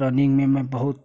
running में मैं बहुत